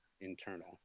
internal